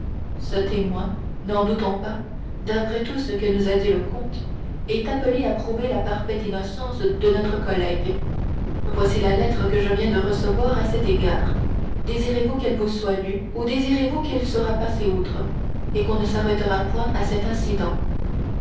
ce témoin nous n'en doutons pas après tout ce que nous a dit le comte est appelé à prouver la parfaite innocence de notre collègue voici la lettre que je viens de recevoir à cet égard désirez-vous qu'elle vous soit lue ou décidez-vous qu'il sera passé outre et qu'on ne s'arrêtera point à cet incident